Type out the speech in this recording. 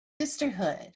sisterhood